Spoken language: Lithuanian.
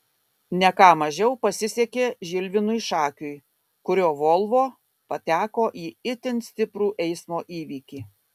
ne ką mažiau pasisekė žilvinui šakiui kurio volvo pateko į itin stiprų eismo įvykį